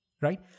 right